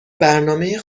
برنامه